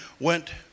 went